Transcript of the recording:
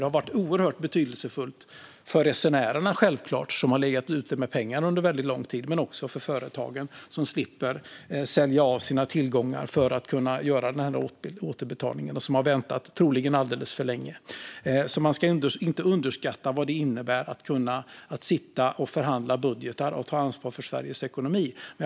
Det har självklart varit oerhört betydelsefullt för resenärerna som har legat ute med pengarna under väldigt lång tid men också för företagen som slipper sälja av sina tillgångar för att kunna göra återbetalningen som de troligen har väntat alldeles för länge med.